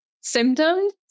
symptoms